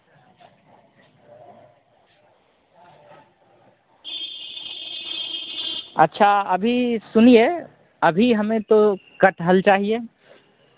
अच्छा अभी सुनिए अभी हमें तो कठहल चाहिए